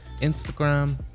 Instagram